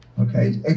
okay